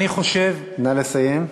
נא לסיים.